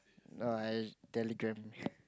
no I Telegram